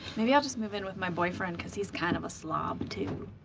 maybe i'll just move in with my boyfriend because he's kind of a slob too.